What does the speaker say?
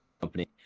company